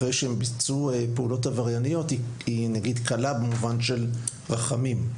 אחרי שהם ביצעו פעולות עברייניות היא קלה במובן של רחמים.